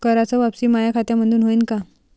कराच वापसी माया खात्यामंधून होईन का?